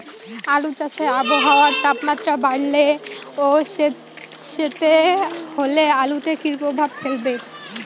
আলু চাষে আবহাওয়ার তাপমাত্রা বাড়লে ও সেতসেতে হলে আলুতে কী প্রভাব ফেলবে?